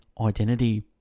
identity